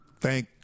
thank